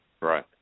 Right